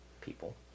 people